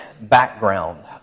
background